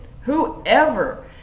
whoever